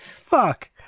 fuck